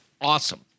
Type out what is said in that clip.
awesome